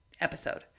episode